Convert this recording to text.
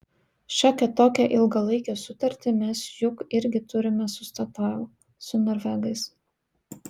šiokią tokią ilgalaikę sutartį mes juk irgi turime su statoil su norvegais